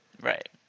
Right